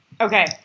okay